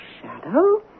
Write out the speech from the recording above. shadow